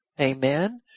amen